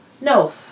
No